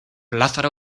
lázaro